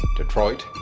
detroit.